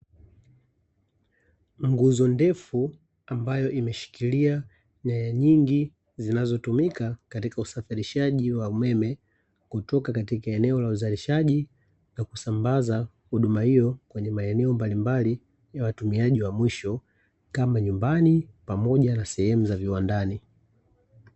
Nguzo ndefu ambayo imeshikilia nyaya nyingi zinazotumika katika usafirishaji wa umeme, kutoka katika eneo la uzalishaji na kusambaza huduma hiyo kwenye maeneo mbalimbali ya watumiaji wa mwisho, kama nyumbani pamoja na sehemu za viwandani.